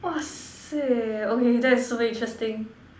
!wahseh! okay that is super interesting